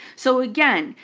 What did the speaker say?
so again,